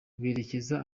berekeza